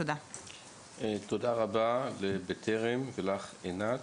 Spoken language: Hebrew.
תודה רבה לבטרם ולך, עינת,